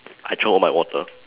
I throw all my water